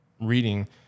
reading